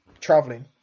traveling